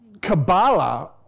Kabbalah